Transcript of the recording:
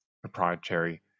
proprietary